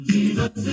Jesus